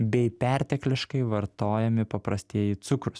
bei pertekliškai vartojami paprastieji cukrūs